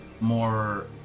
More